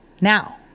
now